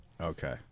Okay